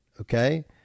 okay